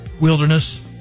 wilderness